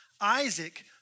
Isaac